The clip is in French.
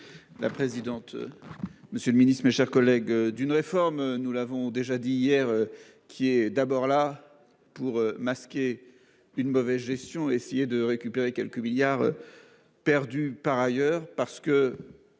La présidente. Monsieur le Ministre, mes chers collègues d'une réforme. Nous l'avons déjà dit hier qui est d'abord là pour masquer. Une mauvaise gestion, essayer de récupérer quelques milliards. Perdus par ailleurs parce que.